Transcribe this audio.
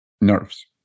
nerves